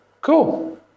Cool